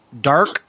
Dark